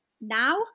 now